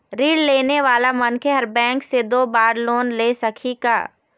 ऋण लेने वाला मनखे हर बैंक से दो बार लोन ले सकही का?